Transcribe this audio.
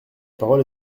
parole